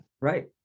Right